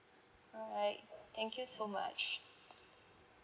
all right thank you so much